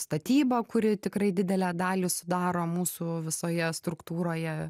statyba kuri tikrai didelę dalį sudaro mūsų visoje struktūroje